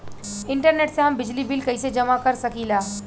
Internet से हम बिजली बिल कइसे जमा कर सकी ला?